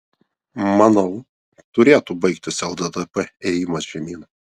manau turėtų baigtis lddp ėjimas žemyn